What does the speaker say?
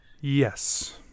Yes